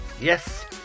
Yes